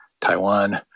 Taiwan